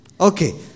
Okay